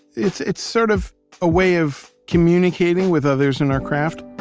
it's it's sort of a way of communicating with others in our craft,